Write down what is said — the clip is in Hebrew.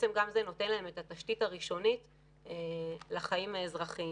זה נותן להם את התשתית הראשונית לחיים האזרחיים.